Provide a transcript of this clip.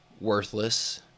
worthless